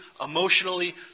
emotionally